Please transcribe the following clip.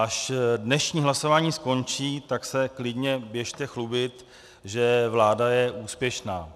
Až dnešní hlasování skončí, tak se klidně běžte chlubit, že vláda je úspěšná.